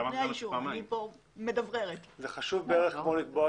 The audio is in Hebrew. זה חשוב כמו לקבוע